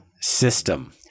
System